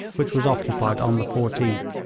which was occupied on the fourteenth.